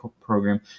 program